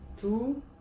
two